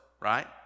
right